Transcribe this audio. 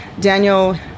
Daniel